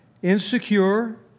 Insecure